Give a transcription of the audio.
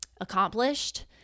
accomplished